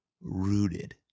rooted